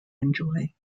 enjoy